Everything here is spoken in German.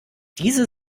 diese